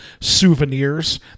souvenirs